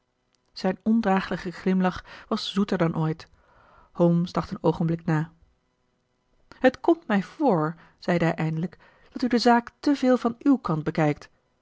zijn ondragelijke glimlach was zoeter dan ooit holmes dacht een oogenblik na het komt mij voor zeide hij eindelijk dat u de zaak te veel van uw kant bekijkt